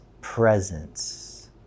presence